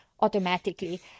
automatically